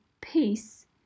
peace